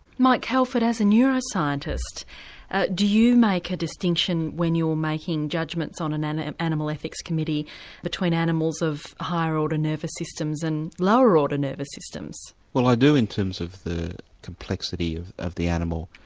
mike calford, as a neuroscientist do you make a distinction when you are making judgments on an and and animal ethics committee between animals of higher order nervous systems and lower order nervous systems? well i do in terms of the complexity of of the animal,